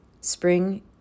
spring